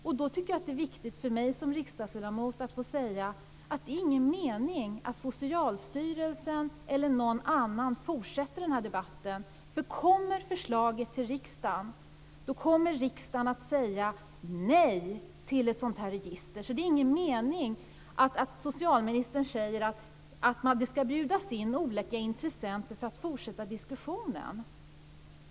Då tycker jag att det är viktigt för mig som riksdagsledamot att få säga att det inte är någon mening med att Socialstyrelsen eller någon annan fortsätter denna debatt, för om förslaget kommer till riksdagen kommer riksdagen att säga nej till ett sådant register. Det är ingen mening med att socialministern säger att det ska bjudas in olika intressenter för att man ska kunna fortsätta diskussionen.